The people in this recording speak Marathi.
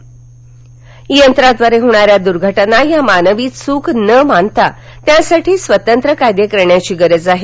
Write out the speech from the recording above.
संरक्षण यंत्राद्वारे होणाऱ्या दूर्घटना या मानवी चूक न मानता त्यासाठी स्वतंत्र कायदे करण्याची गरज आहे